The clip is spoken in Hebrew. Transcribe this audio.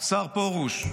השר פרוש,